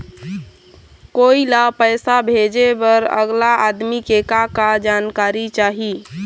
कोई ला पैसा भेजे बर अगला आदमी के का का जानकारी चाही?